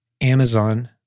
Amazon